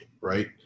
right